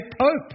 pope